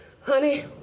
Honey